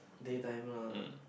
day time lah